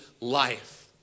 life